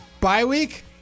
Bye-week